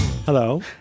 Hello